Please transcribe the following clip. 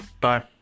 Bye